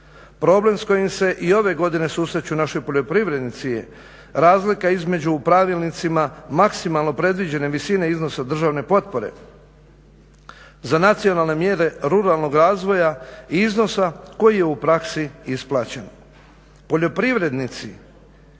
Problem s kojim se i ove godine susreću naši poljoprivrednici je razlika između pravilnicima maksimalno predviđene visine iznosa državne potpore za nacionalne mjere ruralnog razvoja iznosa koji je u praksi isplaćen.